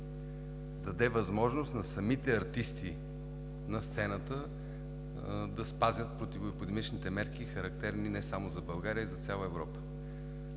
даде възможност на самите артисти на сцената да спазят противоепидемичните мерки, характерни не само за България, а и за цяла Европа.